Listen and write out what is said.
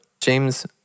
James